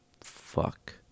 Fuck